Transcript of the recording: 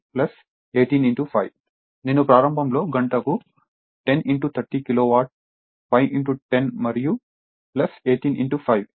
నేను ప్రారంభంలో గంటకు 10 30 కిలోవాట్ 5 10 మరియు 18 5